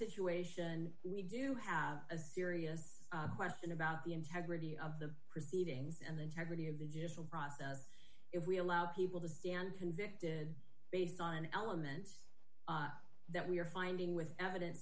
situation we do have a serious question about the integrity of the proceedings and the integrity of the just will process if we allow people to stand convicted based on elements that we are finding with evidence